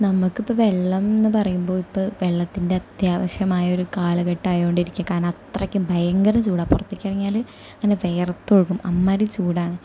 നമുക്ക് ഇപ്പോൾ വെള്ളമെന്നു പറയുമ്പോൾ ഇപ്പോൾ വെള്ളത്തിൻ്റെ അത്യാവശ്യമായ ഒരു കാലഘട്ടമായതുകൊണ്ടായിരിക്കും കാരണം അത്രയ്ക്ക് ഭയങ്കരചൂടാണ് പുറത്തേക്ക് ഇറങ്ങിയാൽ ഇങ്ങനെ വിയർത്തൊഴുകും അമ്മാതിരി ചൂടാണ്